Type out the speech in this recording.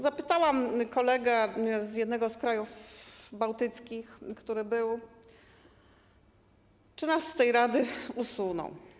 Zapytałam kolegę z jednego z krajów bałtyckich, który był, czy nas z tej sieci usuną.